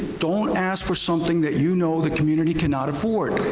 don't ask for something that you know the community cannot afford.